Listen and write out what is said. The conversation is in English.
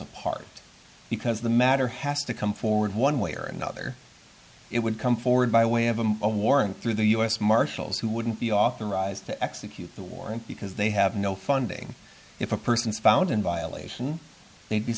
apart because the matter has to come forward one way or another it would come forward by way of a a warrant through the u s marshals who wouldn't be authorized to execute the warrant because they have no funding if a person is found in violation they'd be